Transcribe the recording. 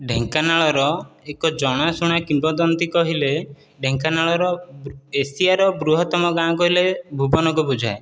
ଢେଙ୍କାନାଳର ଏକ ଜଣାଶୁଣା କିମ୍ବଦନ୍ତୀ କହିଲେ ଢେଙ୍କାନାଳର ଏସିଆର ବୃହତ୍ତମ ଗାଁ କହିଲେ ଭୁବନକୁ ବୁଝାଏ